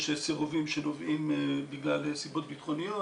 יש סירובים שנובעים בגלל סיבות ביטחוניות.